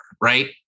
right